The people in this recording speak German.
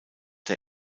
der